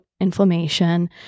inflammation